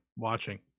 watching